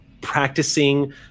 practicing